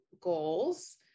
goals